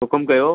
हुकुम कयो